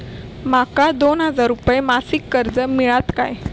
माका दोन हजार रुपये मासिक कर्ज मिळात काय?